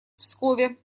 пскове